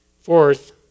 Fourth